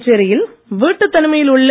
புதுச்சேரியில் வீட்டுத் தனிமையில் உள்ள